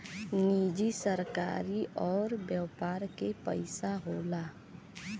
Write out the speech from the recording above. निजी सरकारी अउर व्यापार के पइसा होला